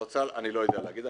אני לא יודע להגיד,